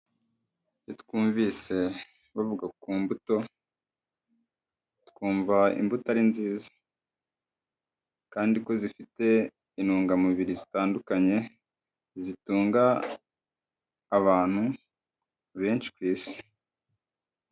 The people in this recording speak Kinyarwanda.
Iyo twumvise bavuga ku mbuto, twumva imbuto ari nziza kandi ko zifite intungamubiri zitandukanye zitunga abantu benshi ku isi.